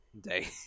day